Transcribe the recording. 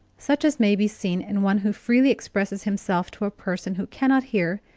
such as may be seen in one who freely expresses himself to a person who cannot hear,